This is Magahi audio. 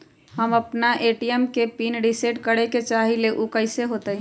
हम अपना ए.टी.एम के पिन रिसेट करे के चाहईले उ कईसे होतई?